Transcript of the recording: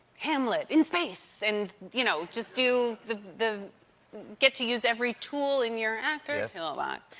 hamlet in space! and, you know, just do the the get to use every tool in your actor's toolbox.